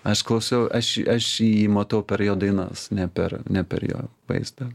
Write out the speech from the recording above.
aš klausiau aš aš jį matau per jo dainas ne per ne per jo vaizdą